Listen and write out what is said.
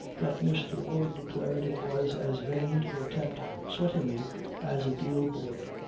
that mr. ward declared it was as vain to attempt sweating me as a deal board.